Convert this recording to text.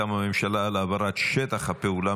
הודעה מטעם הממשלה על העברת שטח הפעולה